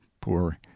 poor